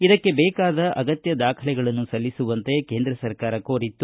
ಇದಕ್ಕೆ ಬೇಕಾದ ಅಗತ್ಯ ದಾಖಲೆಗಳನ್ನು ಸಲ್ಲಿಸುವಂತೆ ಕೇಂದ್ರ ಸರ್ಕಾರ ಕೋರಿತ್ತು